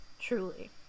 truly